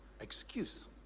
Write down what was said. excuse